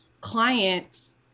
clients